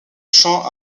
chant